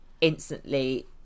instantly